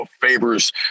favors